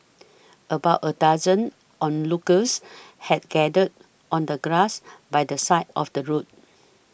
about a dozen onlookers had gathered on the grass by the side of the road